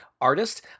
Artist